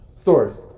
stores